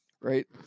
Right